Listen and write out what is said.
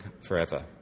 forever